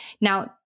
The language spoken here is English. Now